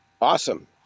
Awesome